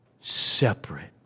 separate